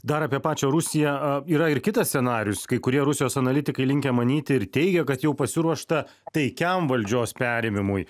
dar apie pačią rusiją yra ir kitas scenarijus kai kurie rusijos analitikai linkę manyti ir teigia kad jau pasiruošta taikiam valdžios perėmimui